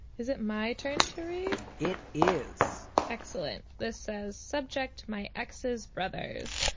is it my turn to read? it is excellent. this says subject my ex's brothers.